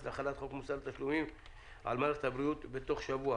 להחלת חוק מוסר התשלומים על מערכת הבריאות בתוך שבוע.